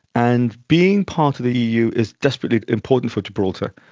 and being part of the eu is desperately important for gibraltar,